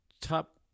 Top